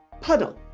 puddle